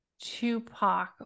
Tupac